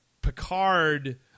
Picard